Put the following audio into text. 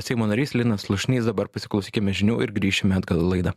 seimo narys linas slušnys dabar pasiklausykime žinių ir grįšime atgal į laidą